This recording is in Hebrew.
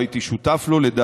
לא הייתי שותף לו.